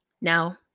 Now